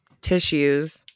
tissues